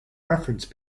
preference